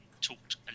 talked